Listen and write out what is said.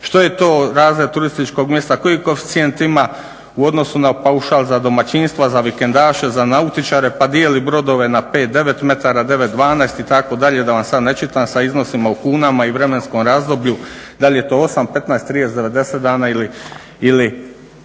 što je to razred turističkog mjesta, koji koeficijent ima u odnosu na paušal za domaćinstva, za vikendaše, za nautičare pa dijeli brodove na 5, 9 metara, 9, 12 itd da vam sad ne čitam sa iznosima u kunama i vremenskom razdoblju dal je to 8, 15, 30, 90 dana ili